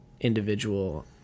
individual